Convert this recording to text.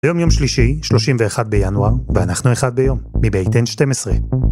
‫היום יום שלישי, 31 בינואר, ‫ואנחנו אחד ביום. ‫מבית N12.